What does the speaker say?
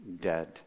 dead